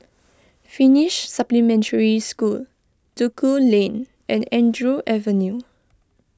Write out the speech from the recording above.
Finnish Supplementary School Duku Lane and Andrew Avenue